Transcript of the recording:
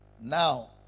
Now